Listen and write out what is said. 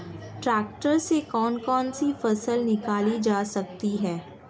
Tractor से कौन कौनसी फसल निकाली जा सकती हैं?